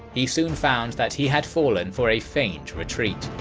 he soon found that he had fallen for a feigned retreat.